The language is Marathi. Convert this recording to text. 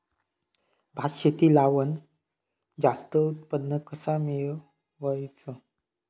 भात शेती लावण जास्त उत्पन्न कसा मेळवचा?